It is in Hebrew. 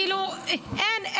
כאילו אין,